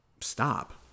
stop